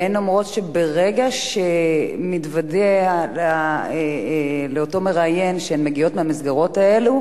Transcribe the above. הן אומרות שברגע שנודע לאותו מראיין שהן מגיעות מהמסגרות האלה,